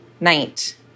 Night